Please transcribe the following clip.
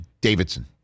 Davidson